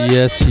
Yes